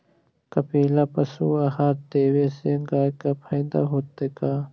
कपिला पशु आहार देवे से गाय के फायदा होतै का?